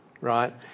right